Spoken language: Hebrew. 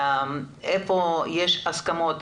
איפה יש הסכמות,